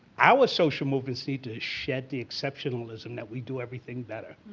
our social movements need to shed the exceptionalism that we do everything better,